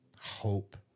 hope